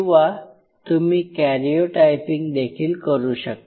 किंवा तुम्ही कॅर्योटायपिंग देखील करू शकता